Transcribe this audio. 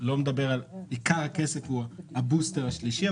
עיקר הכסף הוא הבוסטר השלישי,